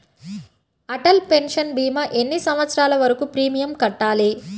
Atal pension భీమా ఎన్ని సంవత్సరాలు వరకు ప్రీమియం కట్టాలి?